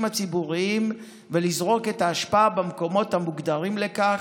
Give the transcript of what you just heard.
הציבוריים ולזרוק את האשפה במקומות המוגדרים לכך,